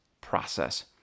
process